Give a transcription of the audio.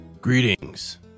Greetings